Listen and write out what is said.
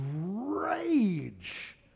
rage